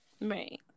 Right